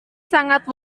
sangat